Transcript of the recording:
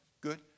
good